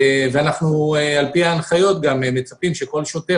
על פי ההנחיות אנחנו גם מצפים שכל שוטר